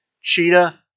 Cheetah